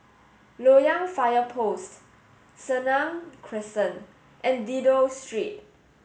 Loyang Fire Post Senang Crescent and Dido Street